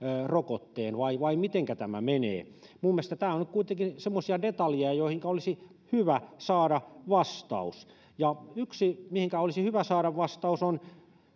rokotteen vai vai mitenkä tämä menee minun mielestäni tämä on nyt kuitenkin semmoisia detaljeja joihinka olisi hyvä saada vastaus ja yksi mihinkä olisi hyvä saada vastaus on